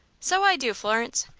so i do, florence.